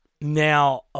now